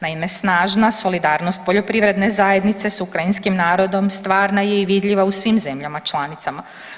Naime, snažna solidarnost poljoprivredne zajednice s ukrajinskim narodom stvarna je i vidljiva u svim zemljama članicama.